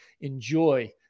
enjoy